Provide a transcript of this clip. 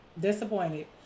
Disappointed